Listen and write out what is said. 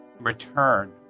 Return